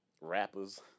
Rappers